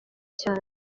cyane